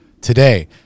today